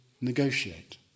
negotiate